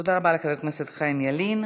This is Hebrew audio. תודה רבה לחבר הכנסת חיים ילין.